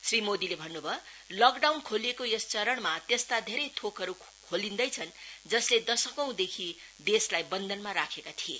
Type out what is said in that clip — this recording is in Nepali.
श्री मोदीले भन्न भयो लकडाउन खोलिएको यस चरणमा त्यस्ता धेरै थोकहरु खोलिन्दैछन् जसले दशकौंदेखि देशलाई बन्धनमा राखेका थिए